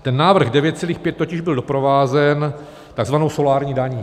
Ten návrh 9,5 totiž byl doprovázen takzvanou solární daní.